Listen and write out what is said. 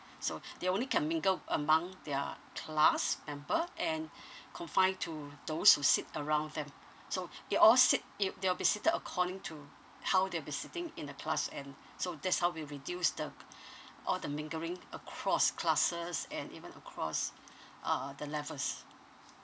so they only can mingle among their class member and confine to those who sit around them so they all sit it'll they'll be seated according to how they'll be sitting in the class and so that's how we reduce the all the mingling across classes and even across uh the levels